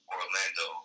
Orlando